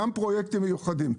גם פרויקטים מיוחדים.